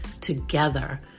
together